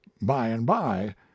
by-and-by